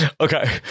Okay